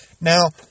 Now